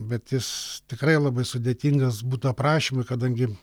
bet jis tikrai labai sudėtingas būtų aprašymui kadangi